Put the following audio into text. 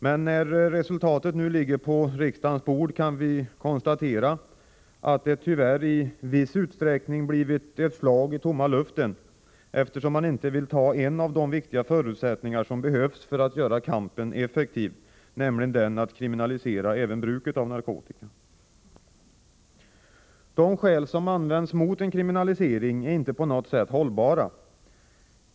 Men när resultatet nu ligger på riksdagens bord kan vi konstatera att det tyvärr i viss utsträckning blivit ett slag i tomma luften, eftersom man inte vill skapa en av de viktiga förutsättningar som behövs för att göra kampen effektiv, nämligen att kriminalisera även bruket av narkotika. De skäl som används mot en kriminalisering är inte på något sätt hållbara.